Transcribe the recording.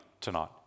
tonight